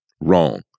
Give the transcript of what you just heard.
Wrong